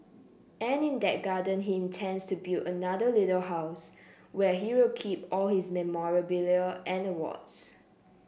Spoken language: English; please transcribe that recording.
and in that garden he intends to build another little house where he'll keep all his memorabilia and awards